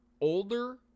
older